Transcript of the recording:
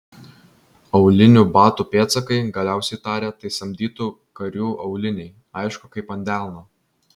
aulinių batų pėdsakai galiausiai tarė tai samdytų karių auliniai aišku kaip ant delno